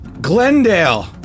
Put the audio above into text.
Glendale